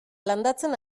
landatzen